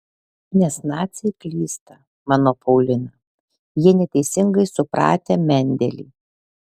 nes naciai klysta mano paulina jie neteisingai supratę mendelį